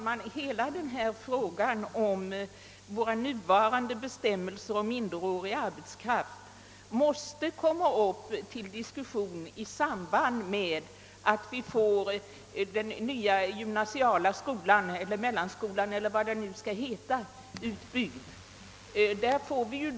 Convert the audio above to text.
Herr talman! Hela frågan om våra nuvarande bestämmelser om minderr årig arbetskraft måste tagas upp till diskussion i samband med att den nya gymnasiala skolan — eller mellanskolan eller vad den kommer att kallas — blir fullt utbyggd.